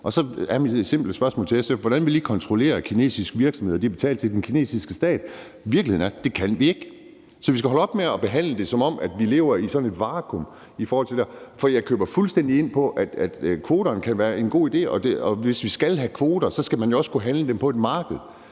os. Så er mit simple spørgsmål til SF: Hvordan ville I kontrollere, at kinesiske virksomheder betalte til den kinesiske stat? Virkeligheden er, at vi ikke kan kontrollere det. Så vi skal holde op med at behandle det, som om vi lever i sådan et vakuum. For jeg køber fuldstændig ind på, at kvoterne kan være en god idé, og at man, hvis man skal have kvoter, jo så også skal kunne handle dem på et marked.